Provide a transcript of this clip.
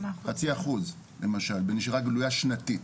חצי אחוז, למשל, בנשירה גלויה שנתית.